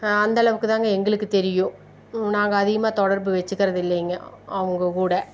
அந்தளவுக்கு தான்ங்க எங்களுக்கு தெரியும் நாங்கள் அதிகமாக தொடர்பு வெச்சுக்கிறது இல்லைங்க அவங்க கூட